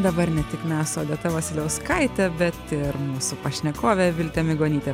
dabar ne tik mes su odeta vasiliauskaite bet ir mūsų pašnekovė viltė migonytė